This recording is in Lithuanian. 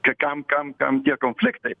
ka kam kam kam tie konfliktai